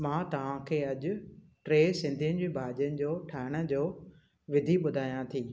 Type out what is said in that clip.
मां तव्हांखे अॼु टे सिधियुनि जूं भाॼियुनि जो ठाहिण जो विधी ॿुधायां थी